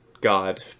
God